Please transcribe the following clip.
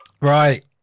right